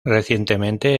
recientemente